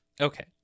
okay